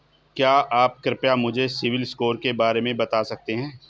क्या आप कृपया मुझे सिबिल स्कोर के बारे में बता सकते हैं?